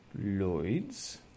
Lloyds